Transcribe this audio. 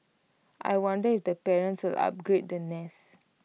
I wonder if the parents will upgrade the nest